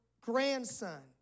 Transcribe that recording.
grandson